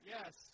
Yes